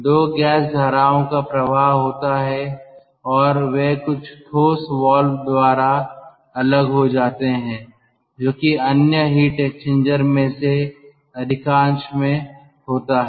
2 gas धाराओं का प्रवाह होता है और वे कुछ ठोस वाल्व द्वारा अलग हो जाते हैं जो कि अन्य हीट एक्सचेंजर्स में से अधिकांश में होता है